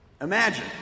Imagine